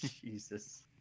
Jesus